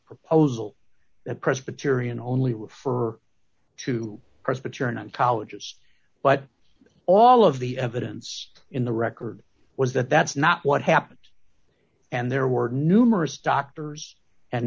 proposal that presbyterian only refer to presbyterian and colleges but all of the evidence in the record was that that's not what happened and there were numerous doctors and